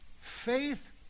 faith